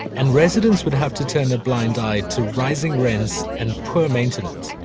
and residents would have to turn a blind eye to rising rents and poor maintenance.